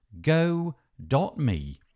go.me